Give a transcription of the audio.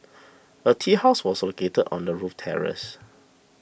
a tea house was located on the roof terrace